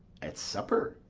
at supper.